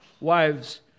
Wives